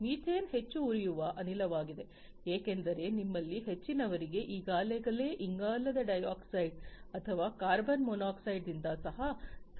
methane ಹೆಚ್ಚು ಉರಿಯುವ ಅನಿಲವಾಗಿದೆ ಏಕೆಂದರೆ ನಿಮ್ಮಲ್ಲಿ ಹೆಚ್ಚಿನವರಿಗೆ ಈಗಾಗಲೇ ಇಂಗಾಲದ ಡೈಆಕ್ಸೈಡ್ ಅಥವಾ ಕಾರ್ಬನ್ ಮಾನಾಕ್ಸೈಡ್ದಿಂದ ಸಹ ಸಾವು ಸಂಭವಿಸಬಹುದು ಎಂದು ತಿಳಿದಿರುತ್ತದೆ